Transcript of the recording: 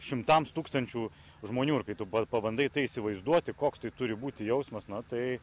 šimtams tūkstančių žmonių ir kai tu pabandai tai įsivaizduoti koks tai turi būti jausmas na tai